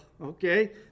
okay